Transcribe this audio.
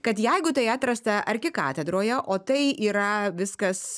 kad jeigu tai atrasta arkikatedroje o tai yra viskas